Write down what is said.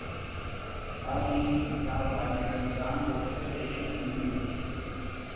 अब ये किताब वाले अनुदान ओखरे सेती मिलिस